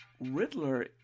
Riddler